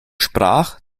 sprach